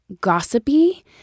gossipy